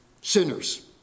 sinners